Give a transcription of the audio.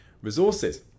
Resources